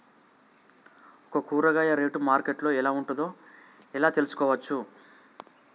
ఒక కూరగాయ rate market లో ఎలా ఉందో ఎలా తెలుసుకోవచ్చు?